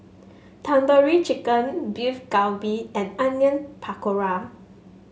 Tandoori Chicken Beef Galbi and Onion Pakora